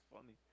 funny